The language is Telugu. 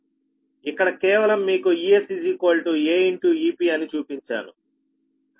ఇక్కడ కేవలం మీకు Es aEp అని చూపించాను